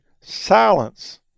silence